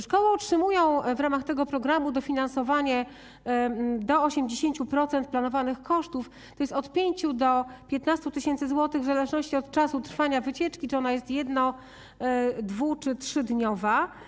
Szkoły otrzymują w ramach tego programu dofinansowanie do 80% planowanych kosztów, tj. od 5 do 15 tys. zł w zależności od czasu trwania wycieczki, czy ona jest jedno-, dwu-, czy trzydniowa.